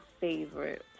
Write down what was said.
favorite